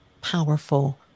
powerful